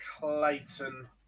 Clayton